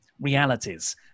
realities